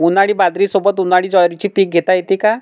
उन्हाळी बाजरीसोबत, उन्हाळी ज्वारीचे पीक घेता येते का?